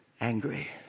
angry